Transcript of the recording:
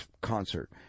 concert